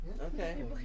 Okay